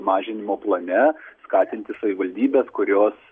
mažinimo plane skatinti savivaldybes kurios